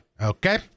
Okay